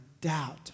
doubt